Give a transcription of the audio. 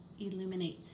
illuminate